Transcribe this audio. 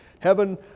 heaven